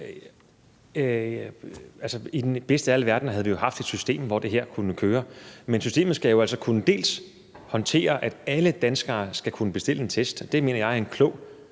I den bedste af alle verdener havde vi jo haft et system, hvor det her kunne køre, men systemet skal jo altså bl.a. kunne håndtere, at alle danskere skal kunne bestille en test. Det mener jeg er en klog